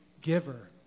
giver